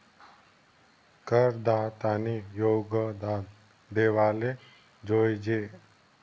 करदातानी योगदान देवाले जोयजे